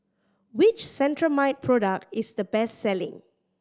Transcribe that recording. which Cetrimide product is the best selling